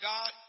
God